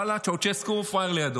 וואלה, צ'אושסקו פראייר לידו.